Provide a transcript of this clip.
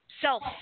self